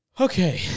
Okay